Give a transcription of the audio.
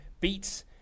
beats